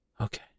Okay